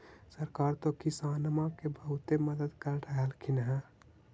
सरकार तो किसानमा के बहुते मदद कर रहल्खिन ह?